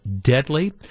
deadly